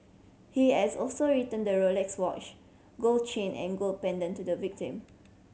he has also return the Rolex watch gold chain and gold pendant to the victim